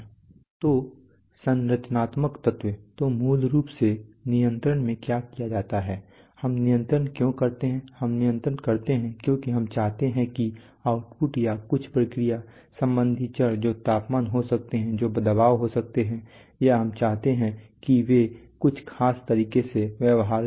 तो संरचनात्मक तत्व तो मूल रूप से नियंत्रण में क्या किया जाता है हम नियंत्रण क्यों करते हैं हम नियंत्रण करते हैं क्योंकि हम चाहते हैं कि आउटपुट या कुछ प्रक्रिया संबंधी चर जो तापमान हो सकते हैं जो दबाव हो सकते हैं या हम चाहते हैं कि वे कुछ खास तरीकों से व्यवहार करें